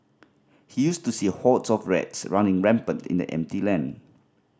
he used to see hordes of rats running rampant in the empty land